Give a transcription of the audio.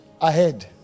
ahead